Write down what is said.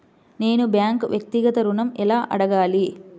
నేను బ్యాంక్ను వ్యక్తిగత ఋణం ఎలా అడగాలి?